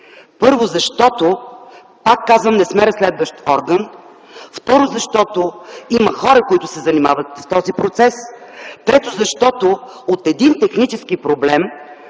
първо, защото, пак казвам – не сме разследващ орган. Второ, защото има хора, които се занимават с този процес. Трето, защото от един технически проблем